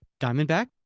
Diamondback